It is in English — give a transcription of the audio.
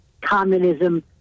communism